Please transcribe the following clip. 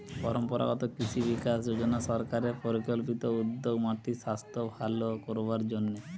পরম্পরাগত কৃষি বিকাশ যজনা সরকারের পরিকল্পিত উদ্যোগ মাটির সাস্থ ভালো করবার জন্যে